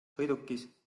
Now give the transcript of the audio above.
sõidukis